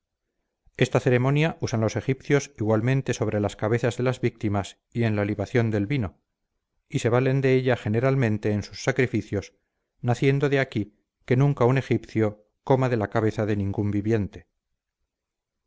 esta ceremonia usan los egipcios igualmente sobre las cabezas de las víctimas y en la libación del vino y se valen de ella generalmente en sus sacrificios naciendo de aquí que nunca un egipcio coma de la cabeza de ningún viviente